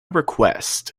request